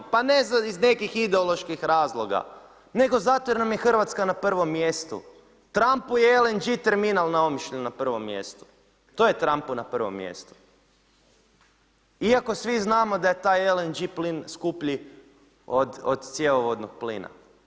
Pa ne iz nekih ideoloških razloga, nego zato jer nam je Hrvatska na prvom mjestu, Trumpu i LNG terminal na Omišlju na prvom mjestu, to je Trumpu na prvom mjestu iako svi znamo da je taj LNG plin skuplji od cjevovodnog plina.